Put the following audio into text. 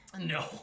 No